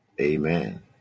Amen